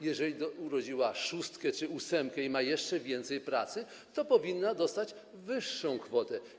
Jeżeli urodziła szóstkę czy ósemkę dzieci i ma jeszcze więcej pracy, to powinna dostać wyższą kwotę.